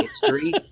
history